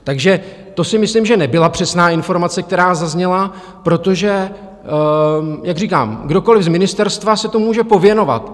Takže to si myslím, že nebyla přesná informace, která zazněla, protože jak říkám, kdokoliv z ministerstva se tomu může pověnovat.